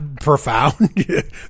profound